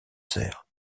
cerfs